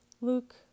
Luke